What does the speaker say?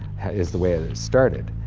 is the way that it started.